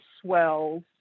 swells